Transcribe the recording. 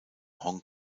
hong